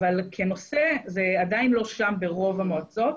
אבל כנושא זה עדיין לא שם ברוב המועצות.